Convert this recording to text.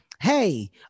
Hey